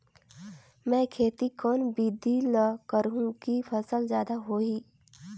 मै खेती कोन बिधी ल करहु कि फसल जादा होही